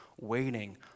waiting